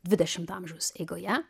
dvidešimto amžiaus eigoje